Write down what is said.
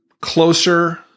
closer